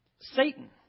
Satan